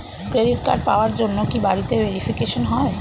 Credit card পাওয়ার জন্য কি বাড়িতে ভেরিফিকেশন হয়?